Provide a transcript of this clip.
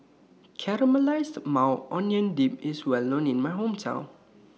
Caramelized Maui Onion Dip IS Well known in My Hometown